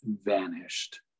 vanished